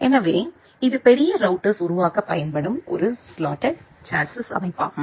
எனவே இது பெரிய ரௌட்டர்ஸ் உருவாக்க பயன்படும் ஒரு ஸ்லோட்டெட் சாஸ்ஸிஸ் அமைப்பாகும்